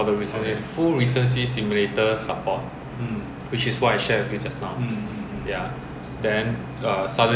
I okay so to summarize ah lift off then four hundred feet start to turn